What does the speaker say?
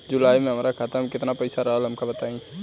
जुलाई में हमरा खाता में केतना पईसा रहल हमका बताई?